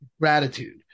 gratitude